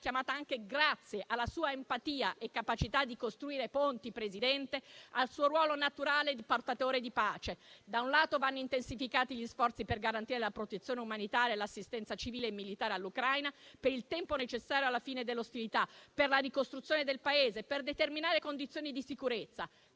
chiamata anche, grazie alla sua empatia e capacità di costruire ponti, Presidente, al suo ruolo naturale di portatore di pace. Da un lato vanno intensificati gli sforzi per garantire la protezione umanitaria e l'assistenza civile e militare all'Ucraina per il tempo necessario alla fine delle ostilità, per la ricostruzione del Paese e per determinare condizioni di sicurezza.